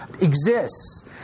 exists